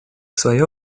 свое